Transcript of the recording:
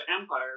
Empire